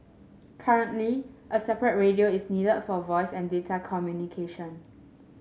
currently a separate radio is needed for voice and data communication